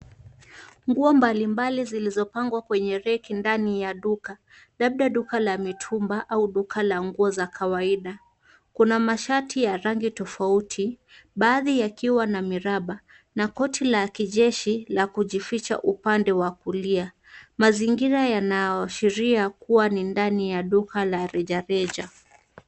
Nguo mbalimbali zilizopangwa kwenye reki ndani ya duka labda duka la mitumba au duka la nguo za kawaida. Kuna mashati ya rangi tofauti baadhi yakiwa na miraba na koti la kijeshi la kujificha upande wa kulia. Mazingira yanaashiria kuwa ni ndani ya duka la rejareja.